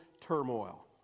turmoil